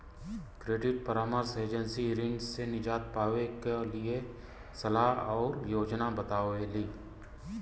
credit परामर्श agency ऋण से निजात पावे क लिए सलाह आउर योजना बतावेली